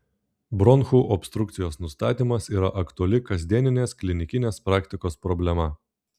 bronchų obstrukcijos nustatymas yra aktuali kasdienės klinikinės praktikos problema